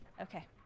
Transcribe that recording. Okay